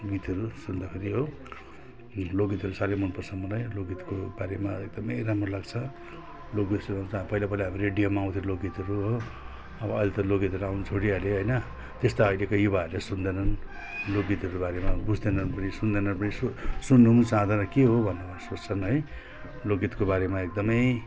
गीतहरू सुन्दाखेरि हो लोकगीतहरू साह्रै मन पर्छ मलाई लोकगीतको बारेमा एकदम राम्रो लाग्छ लोकगीत त पहिला पहिला रेडियोमा आउँथ्यो लोकगीतहरू हो अब अहिले त लोकगीतहरू आउनु छोडिहाल्यो होइन त्यस्ता त अहिलेका युवाहरूले सुन्दैनन् लोकगीतहरू बारेमा बुझ्दैनन् पनि सुन्दैनन् सुन्नु पनि चाहँदैनन् के हो भनेर सोच्छन् है लोकगीतको बारेमा एकदम